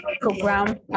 program